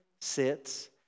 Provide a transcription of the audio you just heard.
sits